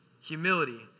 Humility